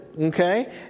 Okay